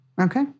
Okay